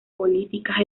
políticas